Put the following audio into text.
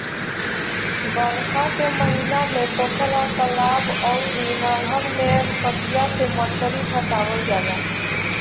बरखा के महिना में पोखरा, तलाब अउरी नहर में कटिया से मछरी फसावल जाला